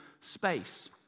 space